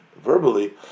verbally